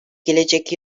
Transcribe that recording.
gelecek